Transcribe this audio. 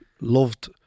loved